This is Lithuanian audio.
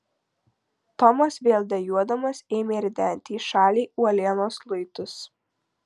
tomas vėl dejuodamas ėmė ridenti į šalį uolienos luitus